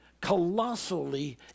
colossally